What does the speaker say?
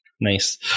Nice